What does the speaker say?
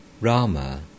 Rama